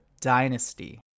dynasty